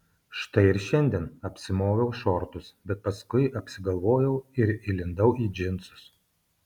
štai ir šiandien apsimoviau šortus bet paskui apsigalvojau ir įlindau į džinsus